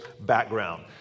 background